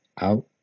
out